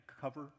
cover